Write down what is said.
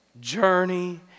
journey